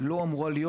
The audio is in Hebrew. לא אמורה להיות.